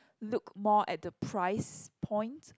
look more at the price point